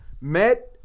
met